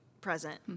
present